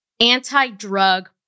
anti-drug